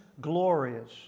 glorious